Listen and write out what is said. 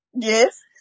Yes